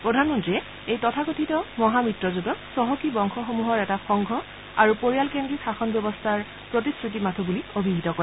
প্ৰধানমন্ত্ৰীয়ে এই তথাকথিত মহামিত্ৰজোঁটক চহকী বংশসমূহৰ এটা সংঘ আৰু পৰিয়ালকেদ্ৰিক শাসন ব্যৱস্থাৰ প্ৰতিশ্ৰতি মাথোঁ বুলি অভিহিত কৰে